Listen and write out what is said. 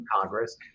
Congress